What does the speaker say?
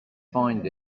find